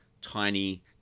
tiny